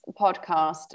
podcast